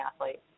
athletes